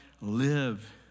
live